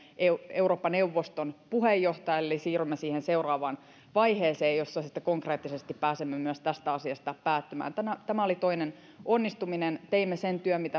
eurooppa neuvoston puheenjohtajalle eli siirrymme siihen seuraavaan vaiheeseen jossa sitten konkreettisesti pääsemme myös tästä asiasta päättämään tämä oli toinen onnistuminen teimme sen työn mitä